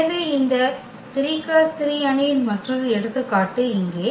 எனவே இந்த 3 பை 3 அணியின் மற்றொரு எடுத்துக்காட்டு இங்கே